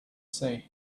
say